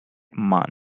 month